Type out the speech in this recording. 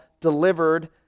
delivered